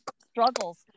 struggles